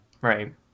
Right